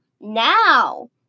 now